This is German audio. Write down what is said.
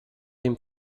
dem